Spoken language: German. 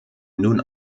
nun